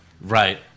right